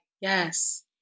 yes